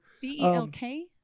b-e-l-k